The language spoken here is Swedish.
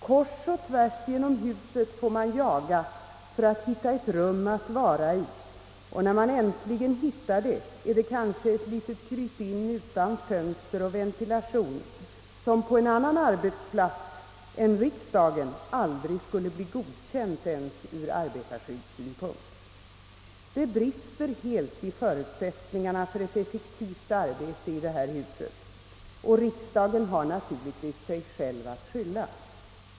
Kors och tvärs genom huset får man jaga för att hitta ett rum att vara i, och när man äntligen hittar det är det kanske ett litet krypin utan fönster och ventilation, ett rum som på en annan arbetsplats än riksdagen aldrig skulle bli godkänt ur arbetarskyddssynpunkt. Det brister helt i förutsättningarna för ett effektivt arbete i detta hus, och riksdagen har naturligtvis sig själv att skylla.